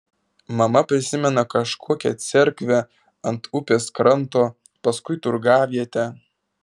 mama prisimena kažkokią cerkvę ant upės kranto paskui turgavietę